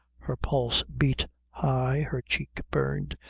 her pulse beat high, her cheek burned,